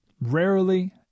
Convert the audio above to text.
Rarely